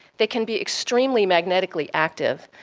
they can be extremely magnetically active.